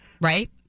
right